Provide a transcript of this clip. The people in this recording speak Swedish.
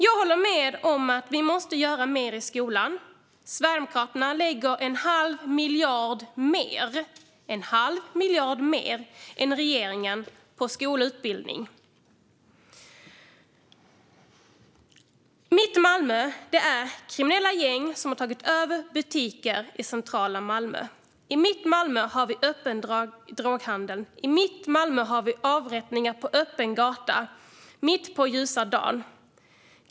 Jag håller med om att vi måste göra mer i skolan. Sverigedemokraterna lägger en halv miljard mer än regeringen på skola och utbildning. I mitt Malmö har kriminella gäng tagit över butiker i centrala delar av staden. I mitt Malmö har vi öppen droghandel. I mitt Malmö har vi avrättningar på öppen gata, mitt på ljusa dagen.